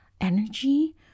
energy